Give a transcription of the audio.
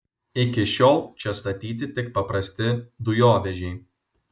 iki šiol čia statyti tik paprasti dujovežiai